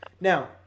Now